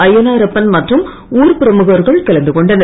அய்யனாரப்பன் மற்றும் ஊர் பிரமுகர்கள் கலந்து கொண்டனர்